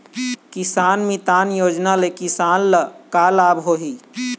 किसान मितान योजना ले किसान ल का लाभ होही?